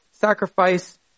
sacrifice